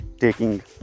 taking